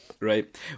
Right